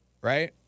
Right